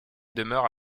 demeure